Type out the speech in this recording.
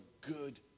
good